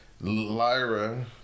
Lyra